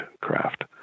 craft